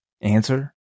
answer